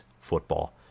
football